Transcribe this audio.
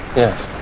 yes.